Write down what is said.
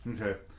okay